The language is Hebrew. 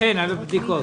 הישיבה